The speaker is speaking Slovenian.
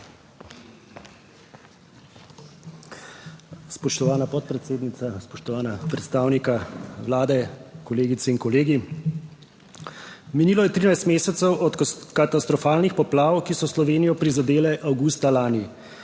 Spoštovana podpredsednica. Spoštovana predstavnika Vlade, kolegice in kolegi! Minilo je 13 mesecev od katastrofalnih poplav, ki so Slovenijo prizadele avgusta lani.